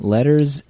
Letters